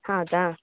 ಹೌದಾ